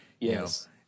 Yes